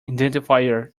identifier